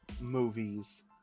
movies